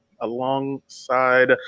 alongside